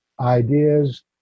ideas